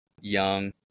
young